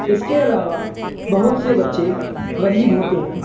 اس کے علاوہ بہت سے بچے غریب ہوتے ہیں